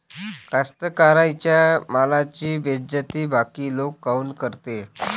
कास्तकाराइच्या मालाची बेइज्जती बाकी लोक काऊन करते?